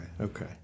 okay